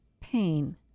Pain